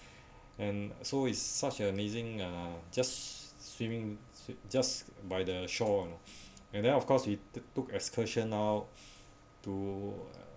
and so is such amazing uh just swimming just by the shore and then of course we took excursion out to